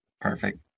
Perfect